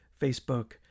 Facebook